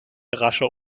rascher